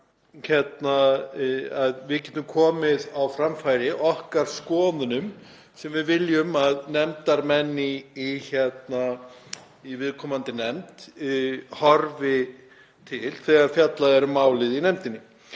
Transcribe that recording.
að fara til getum komið á framfæri okkar skoðunum sem við viljum að nefndarmenn í viðkomandi nefnd horfi til þegar fjallað er um málið í henni.